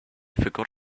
forgot